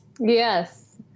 Yes